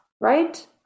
Right